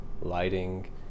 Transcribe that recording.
lighting